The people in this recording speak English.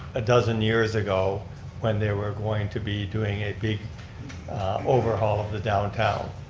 a dozen years ago when they were going to be doing a big overhaul of the downtown.